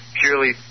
purely